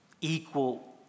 equal